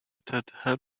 تذهب